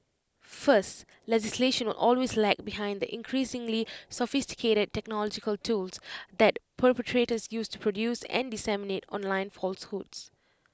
first legislation will always lag behind the increasingly sophisticated technological tools that perpetrators use to produce and disseminate online falsehoods